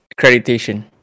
Accreditation